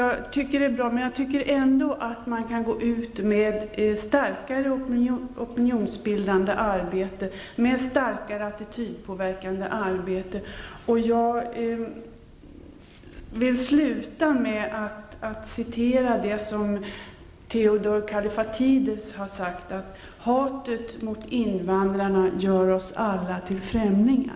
Herr talman! Det är bra, men jag tycker ändå att man skall gå ut med ett starkare opinionsbildande och attitydpåverkande arbete. Jag vill avsluta med att citera vad Theodor Kallifatides har sagt, nämligen att hatet mot invandrarna gör oss alla till främlingar.